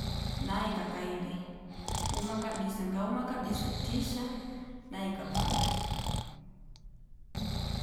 Naika kakaili uma kabisa nkauma kbise ntisha naika pambali